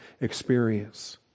experience